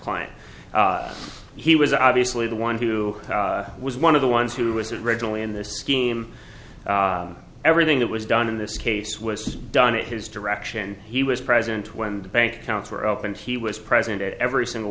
client he was obviously the one who was one of the ones who was originally in this scheme everything that was done in this case was done at his direction he was present when the bank accounts were opened he was present at every single